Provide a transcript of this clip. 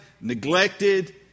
neglected